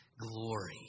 Glory